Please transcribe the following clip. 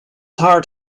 heart